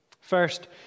First